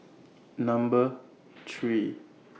Number three